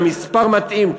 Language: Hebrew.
המספר מתאים,